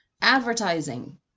advertising